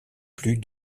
plus